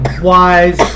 Wise